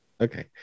Okay